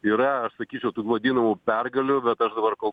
yra aš sakyčiau tų vadinamų pergalių bet aš dabar kol